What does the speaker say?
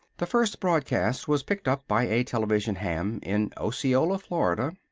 the first broadcast was picked up by a television ham in osceola, florida,